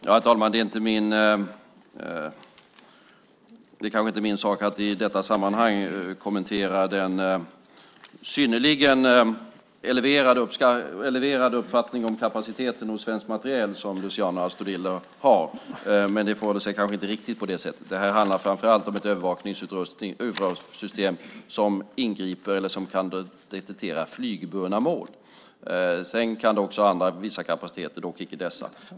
Herr talman! Det kanske inte är min sak att i detta sammanhang kommentera den synnerligen eleverade uppfattning om kapaciteten hos svenskt materiel som Luciano Astudillo har. Det förhåller sig kanske inte riktigt på det sättet. Det handlar framför allt om ett övervakningssystem som ingriper mot eller kan detektera flygburna mål. Sedan kan det även ha vissa andra kapaciteter, dock icke dessa.